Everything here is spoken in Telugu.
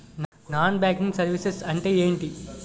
నాన్ బ్యాంకింగ్ సర్వీసెస్ అంటే ఎంటి?